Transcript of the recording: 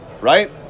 right